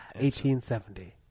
1870